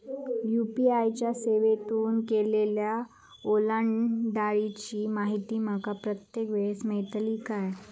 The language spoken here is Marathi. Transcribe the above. यू.पी.आय च्या सेवेतून केलेल्या ओलांडाळीची माहिती माका प्रत्येक वेळेस मेलतळी काय?